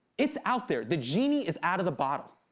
it's out there. the genie is out of the bottle.